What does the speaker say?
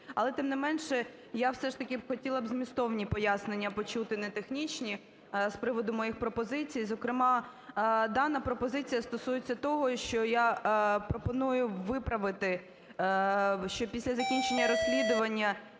Але тим не менше я все ж таки б хотіла змістовні пояснення почути, не технічні, з приводу моїх пропозицій. Зокрема, дана пропозиція стосується того, що я пропоную виправити, що після закінчення розслідування